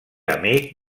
amic